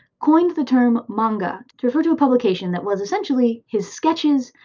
coins the term manga to refer to a publication that was essentially his sketches,